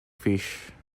fish